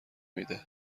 میده